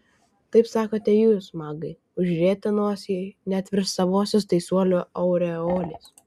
taip sakote jūs magai užrietę nosį net virš savosios teisuolių aureolės